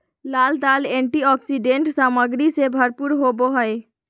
लाल दाल एंटीऑक्सीडेंट सामग्री से भरपूर होबो हइ